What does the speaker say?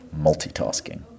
multitasking